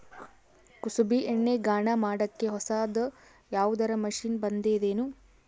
ಕುಸುಬಿ ಎಣ್ಣೆ ಗಾಣಾ ಮಾಡಕ್ಕೆ ಹೊಸಾದ ಯಾವುದರ ಮಷಿನ್ ಬಂದದೆನು?